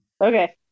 Okay